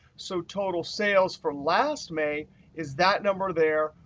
so total sales for last may is that number there,